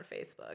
Facebook